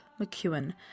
McEwen